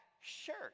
shirt